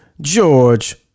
george